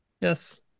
Yes